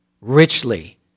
richly